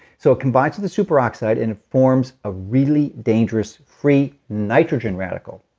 so combined to the super oxide, and it forms a really dangerous free nitrogen radical,